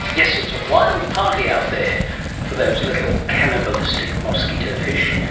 yes, it's a wild party out there for those little cannibalistic mosquitofish.